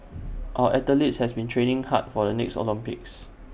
our athletes have been training hard for the next Olympics